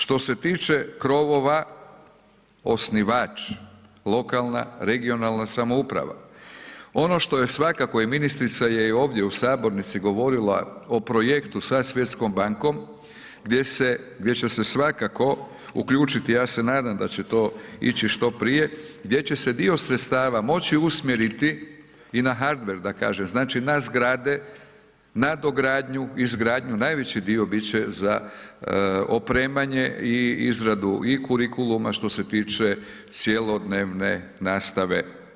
Što se tiče krovova, osnivač lokalna regionalna samouprava, ono što je svakako i ministrica je i ovdje u sabornici govorila o projektu sa Svjetskom bankom gdje se, gdje će se svakako uključiti, ja se nadam da će to ići što prije, gdje će se dio sredstava moći usmjeriti i na Hardver da kažem, znači na zgrade, na dogradnju, izgradnju, najveći dio bit će za opremanje i izradu i kurikuluma što se tiče cjelodnevne nastave.